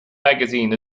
magazine